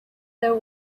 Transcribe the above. there